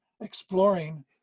exploring